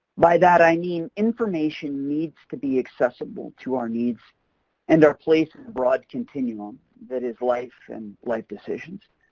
by that i mean information needs to be accessible to our needs and our place in the broad continuum that is life and life decisions.